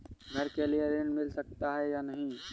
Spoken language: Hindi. घर के लिए ऋण मिल सकता है या नहीं?